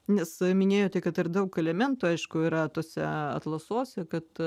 nes minėjote kad ir daug elementų aišku yra tuose atlasuose kad